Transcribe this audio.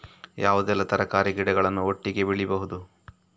ಯಾವುದೆಲ್ಲ ತರಕಾರಿ ಗಿಡಗಳನ್ನು ಒಟ್ಟಿಗೆ ಬೆಳಿಬಹುದು?